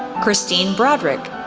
christine brodrick,